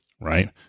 right